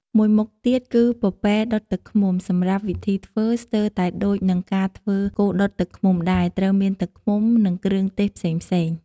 មួយមុខទៀត គឺពពែដុតទឹកឃ្មុំ សម្រាប់វិធីធ្វើ ស្ទើរតែដូចនឹងការធ្វើគោដុតទឹកឃ្មុំ ដែលត្រូវមានទឹកឃ្មុំ និងគ្រឿងទេសផ្សេងៗ។